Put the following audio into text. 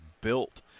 built